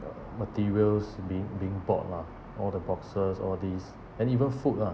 uh materials being being bought lah all the boxes all these and even food ah